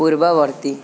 ପୂର୍ବବର୍ତ୍ତୀ